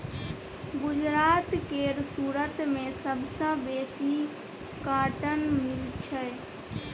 गुजरात केर सुरत मे सबसँ बेसी कॉटन मिल छै